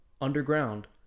underground